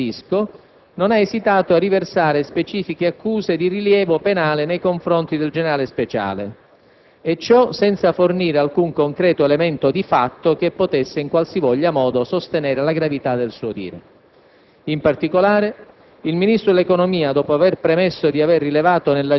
Il Ministro dell'economia, nel rendere le comunicazioni del Governo sulla vicenda Speciale-Visco, non ha esitato a riversare specifiche accuse di rilievo penale nei confronti del generale Speciale e ciò senza fornire alcun concreto elemento di fatto che potesse in qualsivoglia modo sostenere la gravità del suo dire.